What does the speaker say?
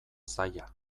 zaila